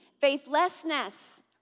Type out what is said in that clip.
faithlessness